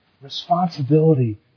responsibility